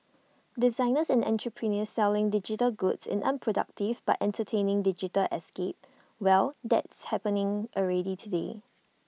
designers and entrepreneurs selling digital goods in unproductive but entertaining digital escapes well that's happening already today